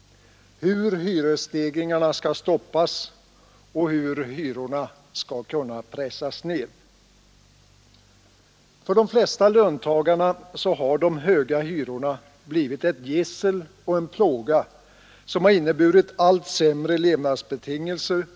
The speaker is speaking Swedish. — hur hyresstegringarna skall stoppas och hur hyrorna skall kunna pressas ned. För de flesta löntagare har de höga hyrorna blivit ett gissel och en plåga som inneburit allt sämre levnadsbetingelser.